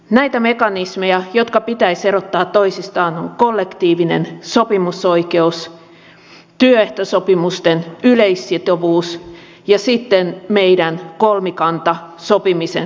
näitä mekanismeja jotka pitäisi erottaa toisistaan ovat kollektiivinen sopimusoikeus työehtosopimusten yleissitovuus ja sitten meidän kolmikantasopimisen traditiomme